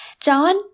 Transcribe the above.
John